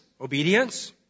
obedience